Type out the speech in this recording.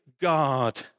God